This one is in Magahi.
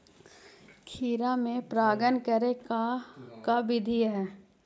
खिरा मे परागण करे के का बिधि है?